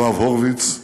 יואב הורוביץ,